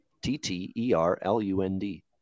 T-T-E-R-L-U-N-D